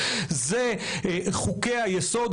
הם חוקי היסוד.